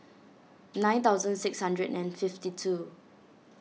nine thousand six hundred and fifty two